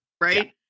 right